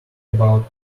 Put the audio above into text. about